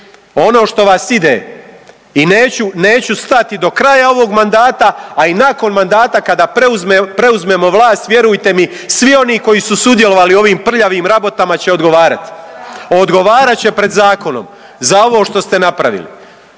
ono što vas ide i neću stati do kraja ovog manda, a i nakon mandata kada preuzmemo vlast vjerujte mi svi oni koji su sudjelovali u ovim prljavim rabotama će odgovarat, odgovarat će pred zakonom za ovo što ste napravili